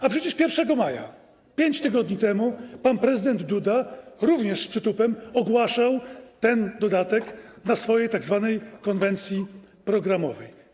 A przecież 1 maja, 5 tygodni temu, pan prezydent Duda również z przytupem ogłaszał ten dodatek na swojej tzw. konwencji programowej.